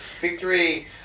victory